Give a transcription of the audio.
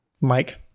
Mike